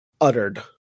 uttered